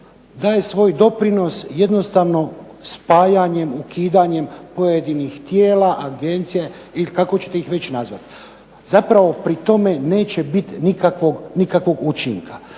taj svoj doprinos jednostavno spajanjem, ukidanjem pojedinih tijela, agencija ili kako ćete ih već nazvati zapravo pri tome neće biti nikakvog učinka.